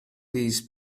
these